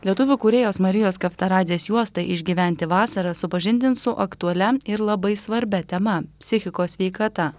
lietuvių kūrėjos marijos kavtaradzės juosta išgyventi vasarą supažindins su aktualia ir labai svarbia tema psichikos sveikata